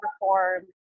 perform